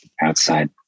outside